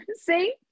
see